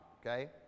okay